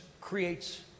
creates